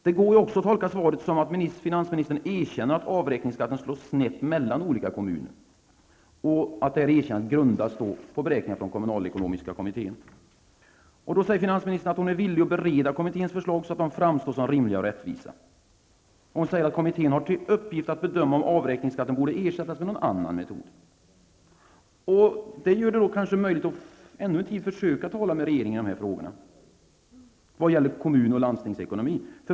Det går också att tolka det så att finansministern erkänner att avräkningsskatten slår snett mellan olika kommuner. Det erkännandet grundas då på beräkningar från kommunalekonomiska kommittén. Finansministern säger då att hon är villig att bereda kommitténs förslag, så att de framstår som rimliga och rättvisa. Hon säger vidare att kommittén har till uppgift att bedöma om avräkningsskatten borde ersättas med någon annan metod. Det gör det kanske möjligt att ännu någon tid försöka tala med regeringen i frågorna som gäller kommun och landstingsekonomi.